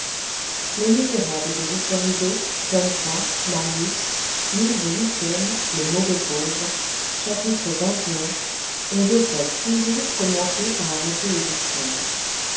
chapitre xxi on devrait toujours commencer par arrêter les victimes